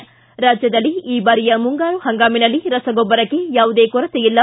ಿ ರಾಜ್ಯದಲ್ಲಿ ಈ ಬಾರಿಯ ಮುಂಗಾರು ಹಂಗಾಮಿನಲ್ಲಿ ರಸಗೊಬ್ಬರಕ್ಕೆ ಯಾವುದೇ ಕೊರತೆ ಇಲ್ಲ